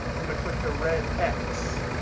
i'm going to click the red x.